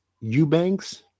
Eubanks